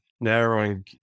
narrowing